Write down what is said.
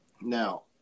Now